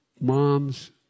moms